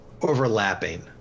overlapping